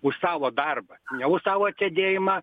už savo darbą ne už savo atsėdėjimą